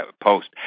post